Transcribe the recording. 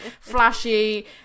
flashy